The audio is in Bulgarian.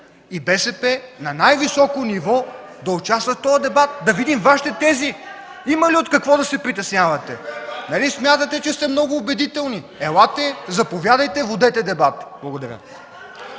и БСП на най-високо ниво да участват в този дебат, да видим Вашите тези. (Шум и реплики от КБ.) Има ли от какво да се притеснявате? Нали смятате, че сте много убедителни – елате, заповядайте, водете дебат. Благодаря.